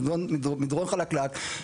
מדרון חלקלק.